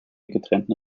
getrennten